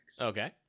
Okay